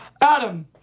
Adam